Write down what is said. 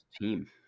team